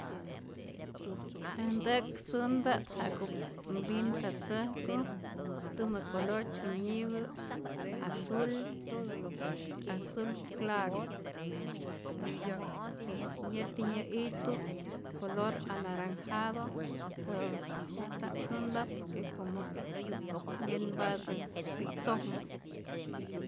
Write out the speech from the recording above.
Äj ntäk sunpa't ja'ku mpintatzäjku tumä color tzyunyipä azul azul claro, yä yäti nyä'ijtu color anaranjado tzä ät nta't sunpa por que es como que nkenpatä pi'tzojmä.